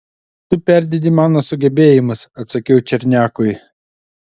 tu perdedi mano sugebėjimus atsakiau černiakui